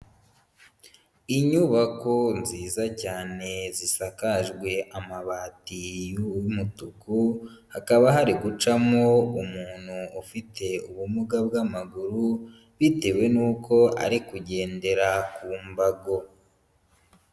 Inyubako nziza cyane zisakajwe amabati y'umutuku, hakaba hari gucamo umuntu ufite ubumuga bw'amaguru bitewe n'uko ari kugendera ku mbago.